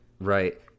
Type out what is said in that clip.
right